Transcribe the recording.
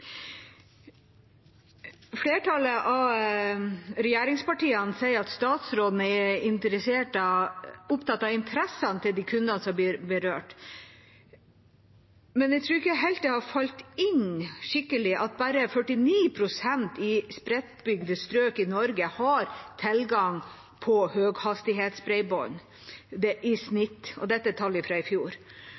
Flertallet av regjeringspartiene sier at statsråden er opptatt av interessene til de kundene som blir berørt, men jeg tror ikke det helt har sunket skikkelig inn at bare 49 pst. i snitt i spredtbygde strøk i Norge har tilgang på høyhastighetsbredbånd. Dette er tall fra i fjor.